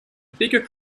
bigger